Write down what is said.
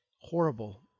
Horrible